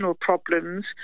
problems